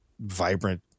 vibrant